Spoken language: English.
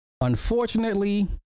Unfortunately